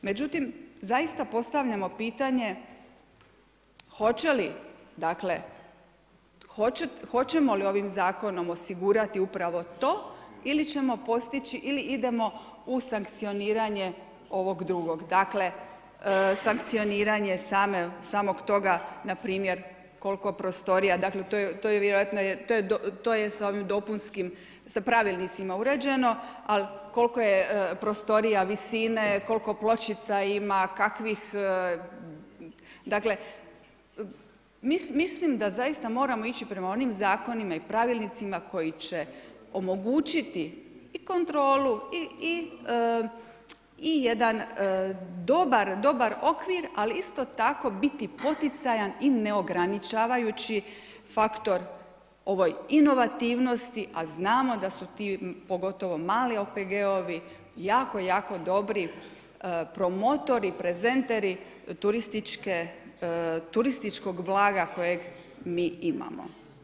Međutim, zaista postavljamo pitanje hoćemo li ovim zakonom osigurati upravo to ili ćemo postići ili idemo u sankcioniranje ovog drugog, dakle sankcioniranje samog toga npr. koliko prostorija, dakle to je sa ovim pravilnicima uređeno, ali koliko je prostorija visine, koliko pločica ima, kakvih dakle mislim da zaista moramo ići prema onim zakonima i pravilnicima koji će omogućiti i kontrolu i jedan dobar okvir, ali isto tako biti poticajan i neograničavajući faktor ovoj inovativnosti, a znamo da su ti pogotovo mali OPG-ovi jako, jako dobri promotori, prezenteri turističkog blaga kojeg mi imamo.